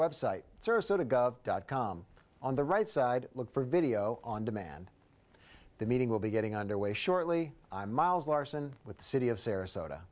website dot com on the right side look for video on demand the meeting will be getting underway shortly i'm miles larson with the city of sarasota